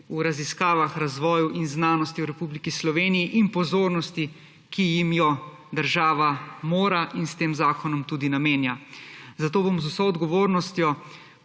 v raziskavah, razvoju in znanosti v Republiki Sloveniji, in pozornosti, ki jim jo država mora in s tem zakonom tudi namenja. Zato bom z vso odgovornostjo